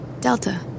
Delta